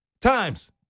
times